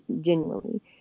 genuinely